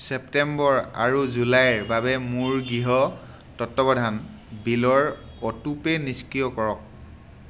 ছেপ্টেম্বৰ আৰু জুলাইৰ বাবে মোৰ গৃহ তত্বাৱধান বিলৰ অ'টোপে' নিষ্ক্ৰিয় কৰক